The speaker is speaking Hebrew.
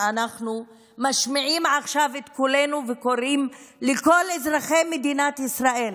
ואנחנו משמיעים עכשיו את קולנו וקוראים לכל אזרחי מדינת ישראל